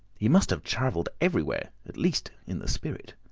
he must have travelled everywhere, at least in the spirit.